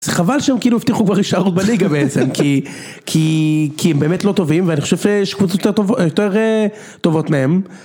זה חבל שהם כאילו הבטיחו כבר אישרות בליגה בעצם כי הם באמת לא טובים ואני חושב שקבוצות יותר טובות מהם.